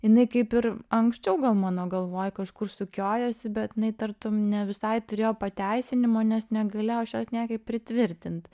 jinai kaip ir anksčiau gal mano galvoj kažkur sukiojosi bet jinai tartum ne visai turėjo pateisinimo nes negalėjau aš jos niekaip pritvirtint